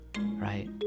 right